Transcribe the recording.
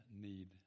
Need